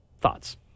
Thoughts